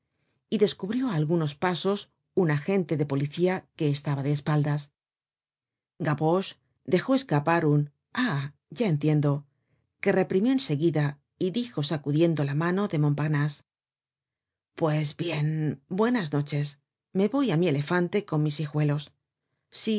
y descubrió á algunos pasos un agente de policía que estaba de espaldas gavroche dejó escapar un ah ya entiendo que reprimió en seguida y dijo sacudiendo la mano de montparnase pues bien buenas noches me voy á mi elefante con mis hijuelos si